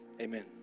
amen